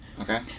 Okay